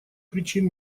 причин